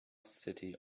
city